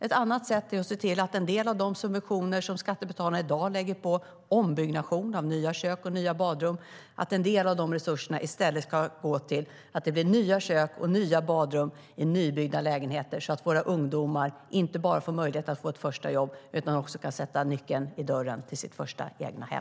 Ett annat sätt är att se till att en del av de subventioner som skattebetalarna i dag lägger på ombyggnation av nya kök och nya badrum i stället ska gå till nya kök och nya badrum i nybyggda lägenheter så att våra ungdomar inte bara får möjlighet till ett första jobb utan också kan sätta nyckeln i dörren till sitt första egna hem.